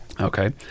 Okay